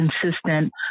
consistent